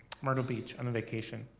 myrtle beach on a vacation.